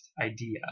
idea